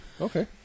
Okay